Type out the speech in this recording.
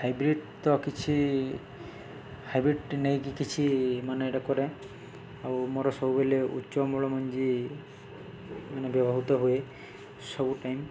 hybrid ତ କିଛି hybrid ନେଇକି କିଛି ମାନେ ଏଇଟା କରେ ଆଉ ମୋର ସବୁବେଳେ ଉଚ୍ଚ ଅମଳ ମଞ୍ଜି ମାନେ ବ୍ୟବହୃତ ହୁଏ ସବୁ ଟାଇମ୍